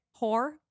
Whore